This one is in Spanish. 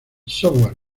software